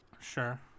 Sure